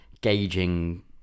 gauging